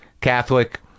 Catholic